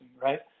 right